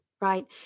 Right